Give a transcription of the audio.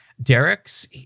Derek's